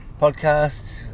podcast